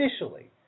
initially